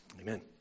Amen